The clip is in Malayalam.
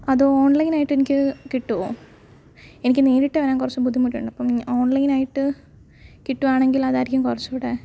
അതോ ഓൺലൈൻ ആയിട്ട് എനിക്ക് കിട്ടുമോ എനിക്കു നേരിട്ടു വരാൻ കുറച്ചു ബുദ്ധിമുട്ട് ഉണ്ട് അപ്പം ഓൺലൈൻ ആയിട്ട് കിട്ടുകയാണെങ്കിൽ അതായിരിക്കും കുറച്ചും കൂടി